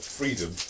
freedom